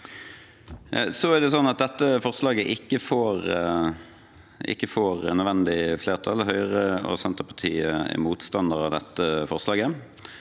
dette forslaget ikke får nødvendig flertall. Høyre og Senterpartiet er motstandere av dette forslaget,